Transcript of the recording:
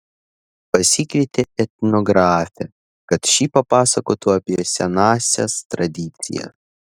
pasikvietė etnografę kad ši papasakotų apie senąsias tradicijas